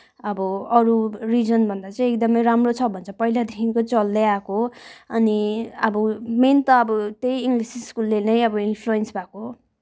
अब अरू रिजनभन्दा चाहिँ एकदमै राम्रो छ भन्छ पहिलादेखिको चल्दै आएको हो अनि अब मेन त अब त्यही इङ्लिस् स्कुलले नै अब इन्फ्लुएन्स भएको हो